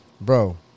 Bro